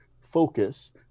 focus